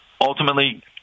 ultimately